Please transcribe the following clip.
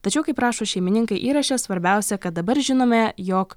tačiau kaip rašo šeimininkai įraše svarbiausia kad dabar žinome jog